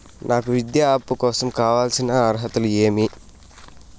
నాకు విద్యా అప్పు కోసం కావాల్సిన అర్హతలు ఏమి?